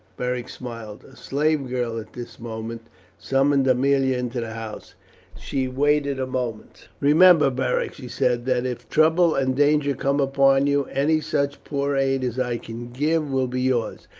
beric smiled. a slave girl at this moment summoned aemilia into the house she waited a moment. remember, beric, she said, that if trouble and danger come upon you, any such poor aid as i can give will be yours.